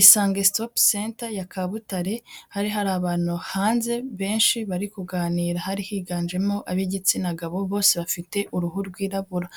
Isange stop center ya Kabutare hari hari abantu hanze benshi bari kuganira, hari higanjemo ab'igitsina gab, bose bafite uruhu rwirabura,